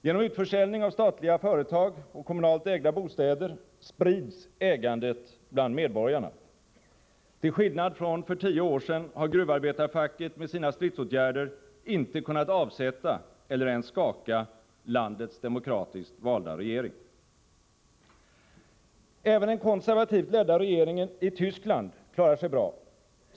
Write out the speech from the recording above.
Genom utförsäljning av statliga företag och kommunalt ägda bostäder sprids ägandet bland medborgarna. Till skillnad från för tio år sedan har gruvarbetarfacket med sina stridsåtgärder inte kunnat avsätta eller ens skaka landets demokratiskt valda regering. Även den konservativt ledda regeringen i Tyskland klarar sig bra.